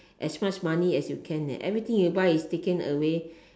as much money as you can eh everything you buy is taken away